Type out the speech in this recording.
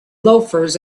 loafers